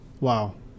Wow